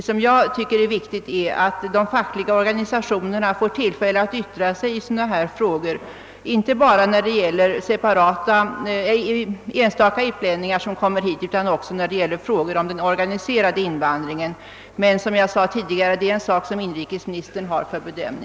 Det som jag tycker är viktigt är att de fackliga organisationerna får tillfälle att yttra sig i sådana här frågor, inte bara när det gäller enstaka utlänningar som kommer hit utan också när det gäller den organiserade invandringen. Men, som jag tidigare sade, detta är en sak som inrikesministern får bedöma.